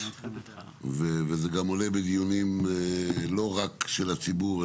וזה גם עולה בדיונים לא רק של הציבור,